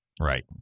Right